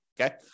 okay